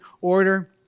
order